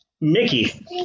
Mickey